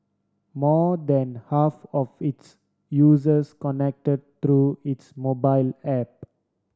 more than half of its users connect through its mobile app